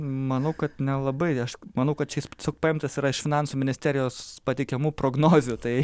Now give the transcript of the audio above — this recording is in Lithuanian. manau kad nelabai ašk manau kad čia jis paimtas yra iš finansų ministerijos pateikiamų prognozių tai